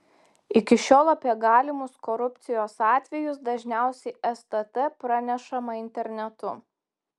iki šiol apie galimus korupcijos atvejus dažniausiai stt pranešama internetu